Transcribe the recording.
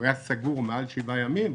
הוא היה סגור יותר משבעה ימים,